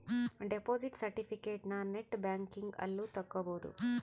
deposit ಸೆರ್ಟಿಫಿಕೇಟನ net banking ಅಲ್ಲು ತಕ್ಕೊಬೊದು